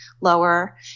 lower